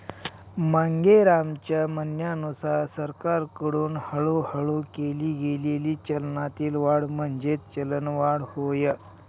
मांगेरामच्या म्हणण्यानुसार सरकारकडून हळूहळू केली गेलेली चलनातील वाढ म्हणजेच चलनवाढ होय